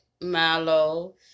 Mallow